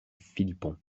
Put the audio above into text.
philippon